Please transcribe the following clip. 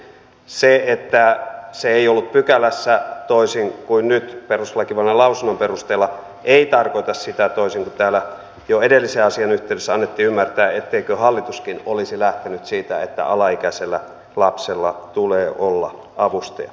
se että se ei ollut pykälässä toisin kuin nyt perustuslakivaliokunnan lausunnon perusteella ei tarkoita sitä toisin kuin täällä jo edellisen asian yhteydessä annettiin ymmärtää etteikö hallituskin olisi lähtenyt siitä että alaikäisellä lapsella tulee olla avustaja